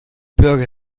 birgit